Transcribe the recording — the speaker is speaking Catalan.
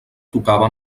tocava